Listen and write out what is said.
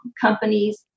companies